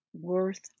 worth